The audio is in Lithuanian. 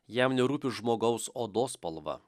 jam nerūpi žmogaus odos spalva